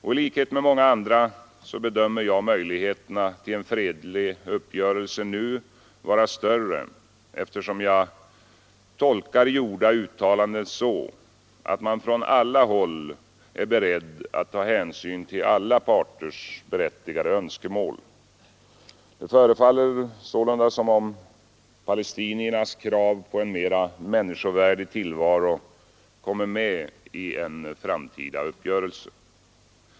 I likhet med många andra bedömer jag möjligheterna till en fredlig uppgörelse nu vara större, eftersom jag tolkar gjorda uttalanden så, att man från alla håll är beredd att ta hänsyn till alla parters berättigade önskemål. Det förefaller sålunda som om palestiniernas krav på en mera människovärdig tillvaro kommer med i en framtida uppgörelse.